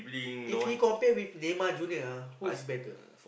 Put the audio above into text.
if he compare with Neymar Junior lah who is better